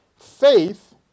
Faith